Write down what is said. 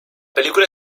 película